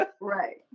Right